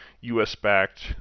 US-backed